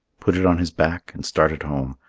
put it on his back, and started home,